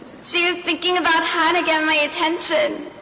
she was thinking about how to get my attention